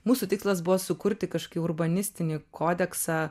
mūsų tikslas buvo sukurti kažkokį urbanistinį kodeksą